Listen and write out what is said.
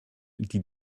die